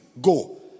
go